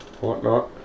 whatnot